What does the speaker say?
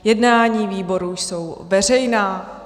Jednání výborů jsou veřejná.